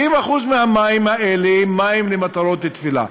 90% מהמים האלה הם מים למטרות תפילה.